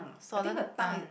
swollen tongue